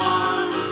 one